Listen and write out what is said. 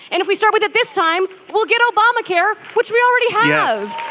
and if we start with it this time we'll get obamacare which we already have.